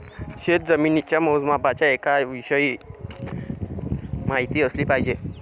शेतजमिनीच्या मोजमापाच्या एककांविषयी माहिती असली पाहिजे